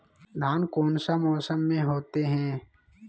धान कौन सा मौसम में होते है?